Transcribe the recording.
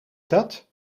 dat